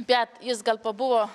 bet jis gal pabuvo